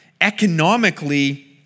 economically